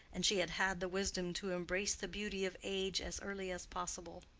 and she had had the wisdom to embrace the beauty of age as early as possible.